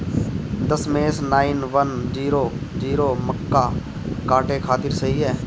दशमेश nine one zero zero मक्का काटे खातिर सही ह?